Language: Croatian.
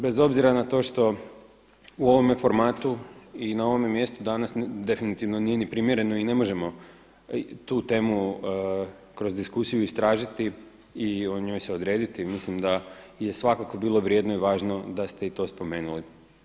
Bez obzira na to što u ovome formatu i na ovome mjestu danas, definitivno nije ni primjereno i ne možemo tu temu kroz diskusiju istražiti i o njoj se odrediti, mislim da je svakako bilo vrijedno i važno da ste i to spomenuli.